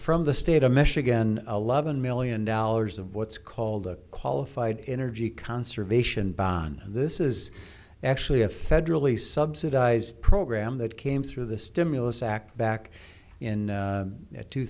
from the state of michigan eleven million dollars of what's called a qualified energy conservation bond this is actually a federally subsidized program that came through the stimulus act back in